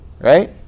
right